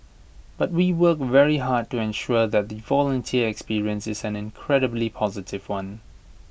but we work very hard to ensure that the volunteer experience is an incredibly positive one